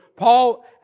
Paul